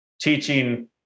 teaching